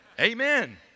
Amen